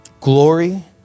Glory